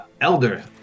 elder